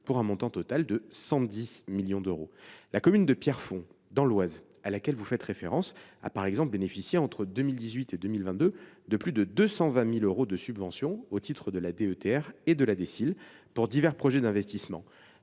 pour un montant total de 110,5 millions d’euros. La commune de Pierrefonds, dans l’Oise, à laquelle vous faites référence, a par exemple bénéficié, entre 2018 et 2022, de plus de 220 000 euros de subventions au titre de la DETR et de la DSIL pour divers projets d’investissement,